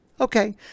Okay